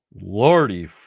Lordy